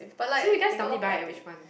so you guys normally buy at which one